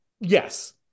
Yes